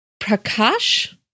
Prakash